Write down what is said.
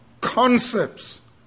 concepts